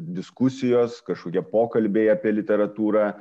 diskusijos kažkokie pokalbiai apie literatūrą